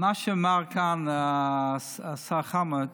מה שאמר כאן השר חמד,